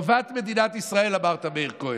טובת מדינת ישראל, אמרת, מאיר כהן.